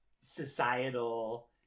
societal